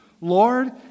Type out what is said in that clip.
Lord